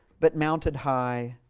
but mounted high,